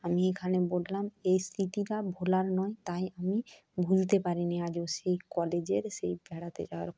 আমি এখানে বললাম এই স্মৃতিটা ভোলার নয় তাই আমি ভুলতে পারি নি আজও সেই কলেজের সেই বেড়াতে যাওয়ার কথা